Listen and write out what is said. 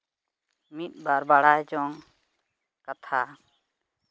ᱢᱤᱫ ᱵᱟᱨ ᱵᱟᱲᱟᱭ ᱡᱚᱝ ᱠᱟᱛᱷᱟ